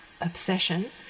obsession